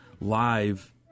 live